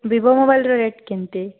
Vivo ମୋବାଇଲ୍ର rate କେମିତି